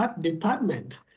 department